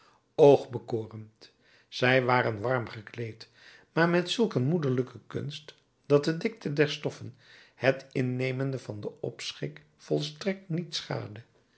oogbekorend zij waren warm gekleed maar met zulk een moederlijke kunst dat de dikte der stoffen het innemende van den opschik volstrekt niet schaadde